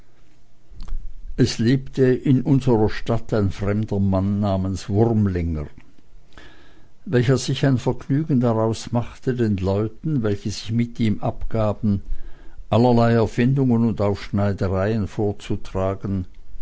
es lebte in unserer stadt ein fremder mann namens wurmlinger welcher sich ein vergnügen daraus machte den leuten welche sich mit ihm abgaben allerlei erfindungen und aufschneidereien vorzutragen